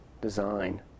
design